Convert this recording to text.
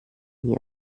nie